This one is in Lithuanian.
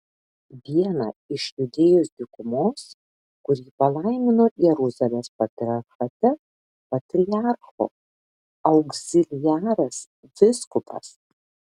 vieną iš judėjos dykumos kurį palaimino jeruzalės patriarchate patriarcho augziliaras vyskupas